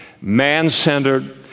man-centered